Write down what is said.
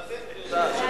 כמו נדל.